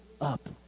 up